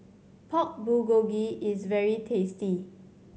Pork Bulgogi is very tasty